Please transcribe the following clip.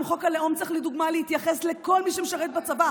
גם חוק הלאום צריך להיות דוגמה להתייחסות לכל מי שמשרת בצבא.